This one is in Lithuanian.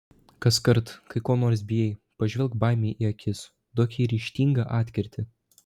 kaskart kai ko nors bijai pažvelk baimei į akis duok jai ryžtingą atkirtį